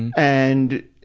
and,